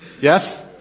Yes